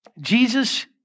Jesus